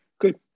good